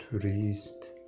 Tourist